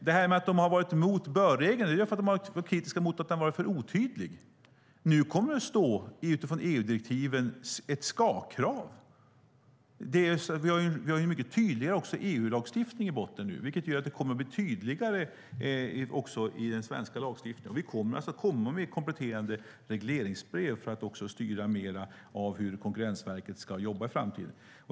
Att verket har varit emot bör-regeln beror på att de varit kritiska mot att den varit för otydlig. Nu kommer det utifrån EU-direktiven att vara ett ska-krav. Vi har mycket tydligare EU-lagstiftning i botten nu, vilket gör att det kommer att bli tydligare också i den svenska lagstiftningen. Vi kommer att komma med kompletterande regleringsbrev för att styra hur Konkurrensverket ska jobba i framtiden.